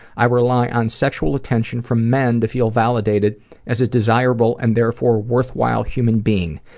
i rely on sexual attention from men to feel validated as a desirable, and therefore worthwhile, human being.